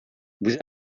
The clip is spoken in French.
vous